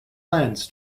plans